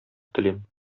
телим